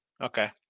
Okay